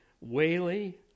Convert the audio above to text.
Whaley